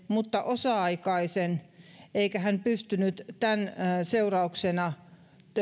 mutta osa aikaisen työsuhteen eikä pystynyt tämän seurauksena